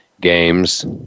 games